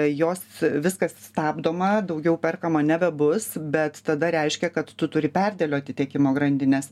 jos viskas stabdoma daugiau perkama nebebus bet tada reiškia kad tu turi perdėlioti tiekimo grandines